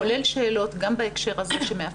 כולל שאלות גם בהקשר הזה.